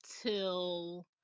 till